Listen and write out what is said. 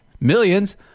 Millions